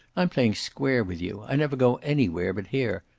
i'm playing square with you. i never go anywhere but here.